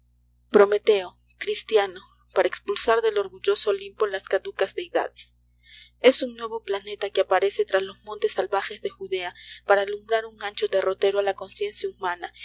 prometeo cristiano para espulsar del orgulloso olimpo las caducas deidades es un nuevo planeta que aparece tras los montes salvajes de judea para alumbrar un ancho derrotero a la conciencia humana